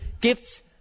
gifts